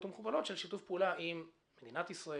ומכופלות של שיתוף פעולה עם מדינת ישראל,